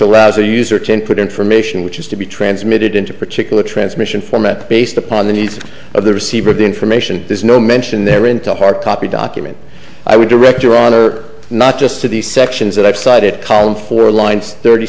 allows the user to put information which is to be transmitted into a particular transmission format based upon the needs of the receiver of the information there's no mention there into hard copy document i would direct your honor not just to these sections that i've cited column four lines thirty